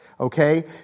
Okay